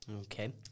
Okay